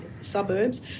suburbs